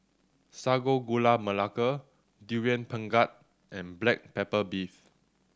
Sago Gula Melaka Durian Pengat and black pepper beef